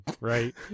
right